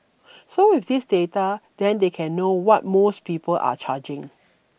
so with this data then they can know what most people are charging